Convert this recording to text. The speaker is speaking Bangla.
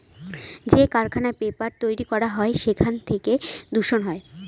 যে কারখানায় পেপার তৈরী করা হয় সেখান থেকে দূষণ হয়